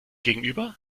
gegenüber